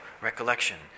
recollection